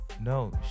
No